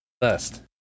Best